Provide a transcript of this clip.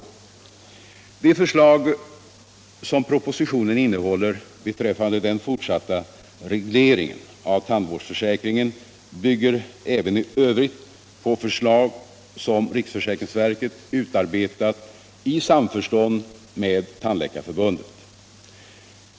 De förslag som propositionen innehåller beträffande den fortsatta regleringen av tandvårdsförsäkringen bygger även i övrigt på förslag som riksförsäkringsverket utarbetat i samförstånd med Tandläkarförbundet.